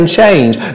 change